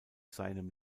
seinem